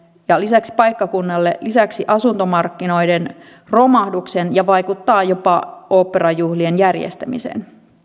ja paikkakunnalle lisäksi asuntomarkkinoiden romahduksen ja vaikuttaa jopa oopperajuhlien järjestämiseen